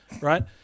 right